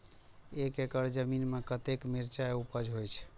एक एकड़ जमीन में कतेक मिरचाय उपज होई छै?